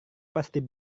pasti